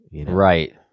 Right